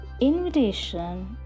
Invitation